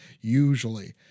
usually